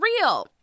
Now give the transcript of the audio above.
real